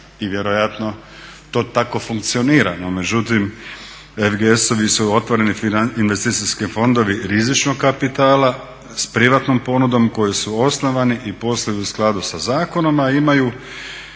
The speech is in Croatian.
i vjerojatno to tako funkcionira, no međutim FGS-ovi su otvoreni investicijski fondovi rizičnog kapitala s privatnom ponudom koji su osnovani i posluju u skladu sa zakonom, a imali